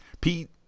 pete